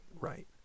right